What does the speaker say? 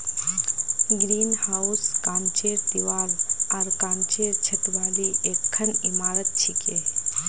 greenhouse कांचेर दीवार आर कांचेर छत वाली एकखन इमारत छिके